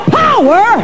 power